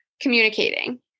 Communicating